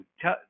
tell